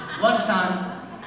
lunchtime